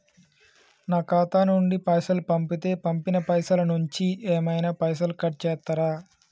నా ఖాతా నుండి పైసలు పంపుతే పంపిన పైసల నుంచి ఏమైనా పైసలు కట్ చేత్తరా?